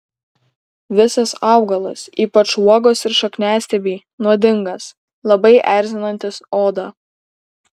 visas augalas ypač uogos ir šakniastiebiai nuodingas labai erzinantis odą